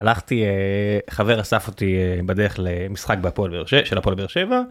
הלכתי חבר אסף אותי בדרך למשחק של הפועל באר שבע.